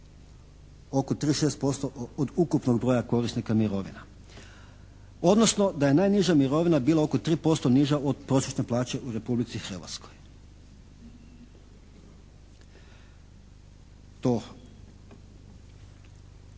oko 36% od ukupnog broja korisnika mirovina, odnosno da je najniža mirovina bila oko 3% niža od prosječne plaće u Republici Hrvatskoj. To